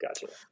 Gotcha